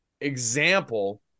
example